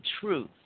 truth